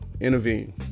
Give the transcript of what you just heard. intervene